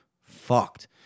fucked